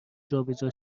جابجا